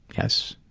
yes.